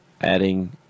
adding